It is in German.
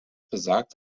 besagt